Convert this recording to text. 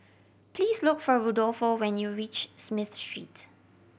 please look for Rudolfo when you reach Smith Street